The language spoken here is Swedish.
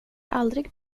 aldrig